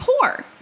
poor